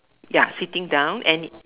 ya sitting down and